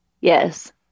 Yes